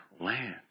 land